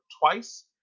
twice